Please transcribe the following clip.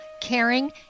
caring